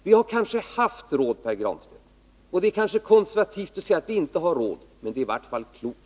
Vi har kanske haft råd, Pär Granstedt, och det är kanske konservativt att säga att vi inte har råd — men det är i varje fall klokt.